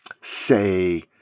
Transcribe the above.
say